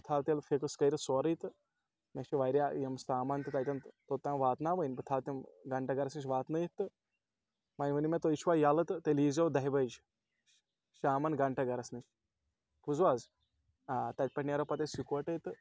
بہٕ تھاو تیٚلہِ فِکٕس کٔرِتھ سورُے تہٕ مےٚ چھِ واریاہ یِم سامان تہِ تَتٮ۪ن توٚتام واتناوٕنۍ بہٕ تھاوٕ تِم گھنٹہ گَرَس نِش واتنٲیِتھ تہٕ وۄنۍ ؤنیو مےٚ تُہۍ چھُوا ییٚلہٕ تہٕ تیٚلہِ یی زیو دَہِہ بَجہِ شامَن گھنٹہ گَرَس نِش بوٗزوٗ حظ آ تَتہِ پٮ۪ٹھ نیرو پَتہٕ أسۍ یِکوَٹَے تہٕ